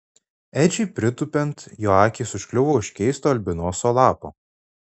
edžiui pritūpiant jo akys užkliuvo už keisto albinoso lapo